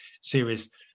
series